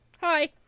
Hi